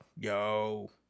Yo